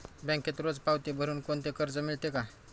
बँकेत रोज पावती भरुन कोणते कर्ज मिळते का?